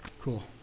Cool